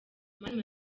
mani